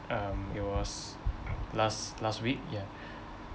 um it was last last week ya